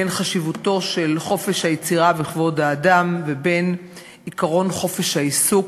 בין חשיבותו של חופש היצירה וכבוד האדם לבין עקרון חופש העיסוק,